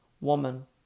Woman